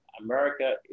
America